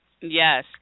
Yes